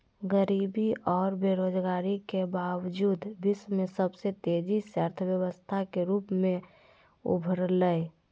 गरीबी औरो बेरोजगारी के बावजूद विश्व में सबसे तेजी से अर्थव्यवस्था के रूप में उभरलय